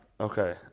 Okay